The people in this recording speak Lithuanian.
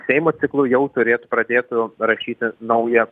seimo tikslų jau turėti pradėtų rašyti naują